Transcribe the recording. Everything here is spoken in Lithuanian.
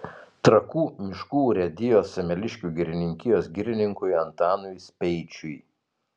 trakų miškų urėdijos semeliškių girininkijos girininkui antanui speičiui